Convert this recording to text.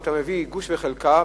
אם אתה מביא גוש וחלקה,